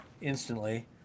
instantly